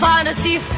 Fantasy